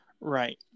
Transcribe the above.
Right